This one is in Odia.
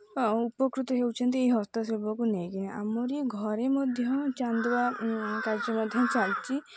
ଉପକୃତ ହେଉଛନ୍ତି ଏ ହସ୍ତଶିଳ୍ପକୁ ନେଇକି ଆମରି ଘରେ ମଧ୍ୟ ଚାନ୍ଦୁଆ କାର୍ଯ୍ୟ ମଧ୍ୟ ଚାଲିଛି